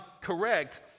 correct